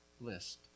list